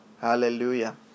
Hallelujah